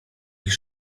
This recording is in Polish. ich